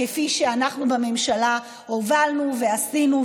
כפי שאנחנו בממשלה הובלנו ועשינו,